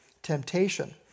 Temptation